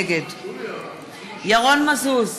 נגד ירון מזוז,